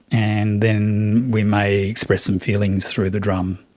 and then we may express some feelings through the drum.